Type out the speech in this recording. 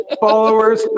Followers